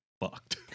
fucked